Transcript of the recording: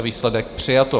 Výsledek: přijato.